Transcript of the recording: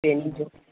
training